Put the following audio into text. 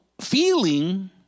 feeling